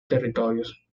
territorios